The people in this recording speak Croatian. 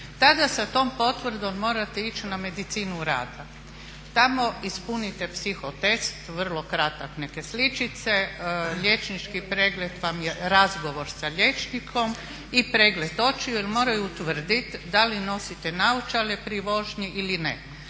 Tada sa tom potvrdom morate ići na medicinu rada. Tamo ispunite psiho test, vrlo kratak, neke sličice. Liječnički pregled vam je razgovor sa liječnikom i pregled očiju jer moraju utvrditi da li nosite naočale pri vožnji ili ne.